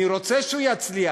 אני רוצה שהוא יצליח,